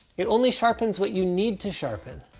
it only sharpens what you need to sharpen.